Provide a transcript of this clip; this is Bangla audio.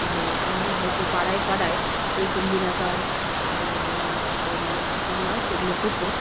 মানে আমাদের হয়তো পাড়ায় পাড়ায় এই গম্ভীরা গান নাচ মানব পুতুল নাচ এগুলো হতো